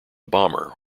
bomber